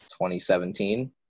2017